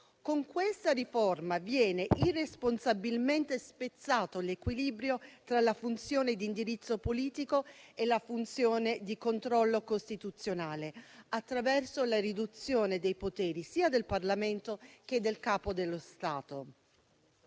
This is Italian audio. Con questa riforma viene irresponsabilmente spezzato l'equilibrio tra la funzione di indirizzo politico e la funzione di controllo costituzionale, attraverso la riduzione dei poteri sia del Parlamento che del Capo dello Stato.